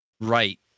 right